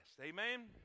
Amen